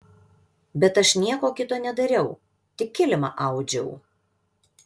bet aš nieko kito nedariau tik kilimą audžiau